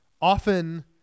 often